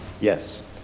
Yes